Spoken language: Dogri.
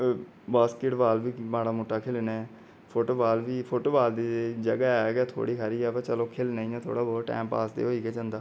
बास्केटबाॅल बी माड़ा मुट्टा खेलने फुटबाॅल बी फुटबाॅल दी जगह् ऐ गै थोह्ड़ी हारी गै पर चलो खेलने थोह्ड़ा बहुत टाईम पास होई गै जंदा